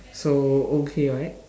so okay right